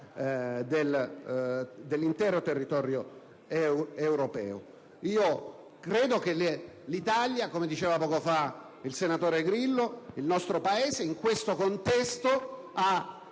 dell'intero territorio europeo. Io credo che l'Italia, come diceva poco fa il senatore Grillo, il nostro Paese, in questo contesto